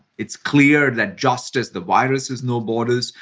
it's clear that just as the virus has no borders.